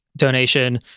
donation